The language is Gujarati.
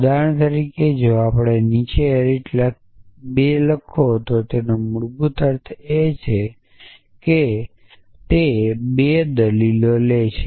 ઉદાહરણ તરીકે જો આપણે નીચે એરિટી 2 લખો તો તેનો મૂળભૂત અર્થ એ છે કે તે 2 દલીલો લે છે